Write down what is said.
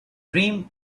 dream